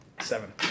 Seven